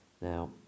Now